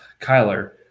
Kyler